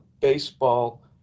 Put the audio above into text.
Baseball